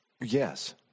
Yes